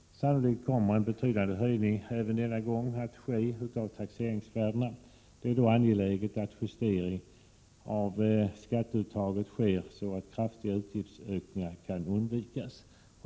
Sannolikt kommer en betydande höjning av taxeringsvärdena även denna gång att ske. Det är då angeläget att justera skatteuttaget så, att kraftiga utgiftsökningar kan undvikas.